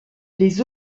les